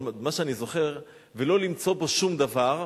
אבל מה שאני זוכר: ולא למצוא בו שום דבר,